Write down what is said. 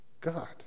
God